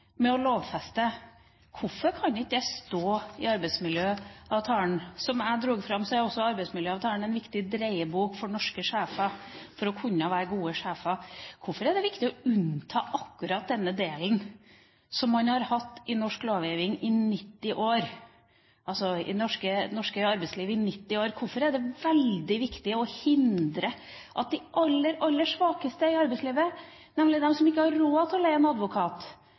med å lovfeste? Hvorfor kan ikke det stå i arbeidsmiljøavtalen? Som jeg dro fram, er også arbeidsmiljøavtalen en viktig dreiebok for norske sjefer for å kunne være gode sjefer. Hvorfor er det viktig å unnta akkurat denne delen, som man har hatt i norsk arbeidsliv i 90 år? Hvorfor er det veldig viktig å hindre at de aller, aller svakeste i arbeidslivet, nemlig de som ikke har råd til å leie en advokat,